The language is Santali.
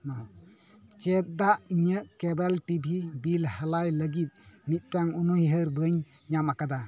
ᱪᱮᱫᱟᱜ ᱤᱧᱟᱹᱜ ᱠᱮᱵᱮᱞ ᱴᱤ ᱵᱷᱤ ᱵᱤᱞ ᱦᱟᱞᱟᱭ ᱞᱟᱹᱜᱤᱫ ᱢᱤᱫᱴᱟᱝ ᱩᱱᱩᱭᱦᱟᱹᱨ ᱵᱟᱹᱧ ᱧᱟᱢ ᱟᱠᱟᱫᱟ